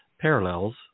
parallels